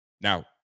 Now